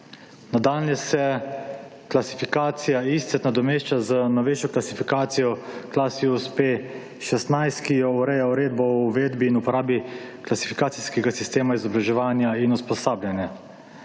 Nadalje se klasifikacija ISCET nadomešča z novejšo klasifikacijo Klasius P-16, ki jo ureja Uredba o uvedbi in uporabi klasifikacijskega sistema izobraževanja in usposabljanja.